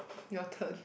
your turn